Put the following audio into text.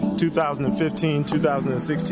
2015-2016